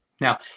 Now